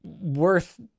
worth